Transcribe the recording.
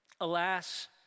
Alas